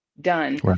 done